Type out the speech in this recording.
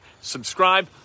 Subscribe